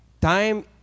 Time